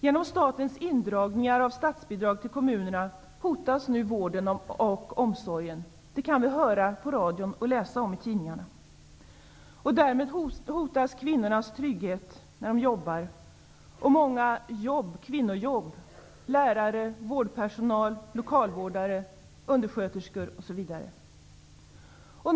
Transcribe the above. Genom statens indragningar av statsbidrag till kommunerna hotas nu vården och omsorgen. Det kan vi höra på radio och läsa om i tidningarna. Därmed hotas kvinnornas trygghet när de jobbar och många kvinnojobb -- lärare, vårdpersonal, lokalvårdare, undersköterskor, osv.